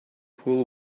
pool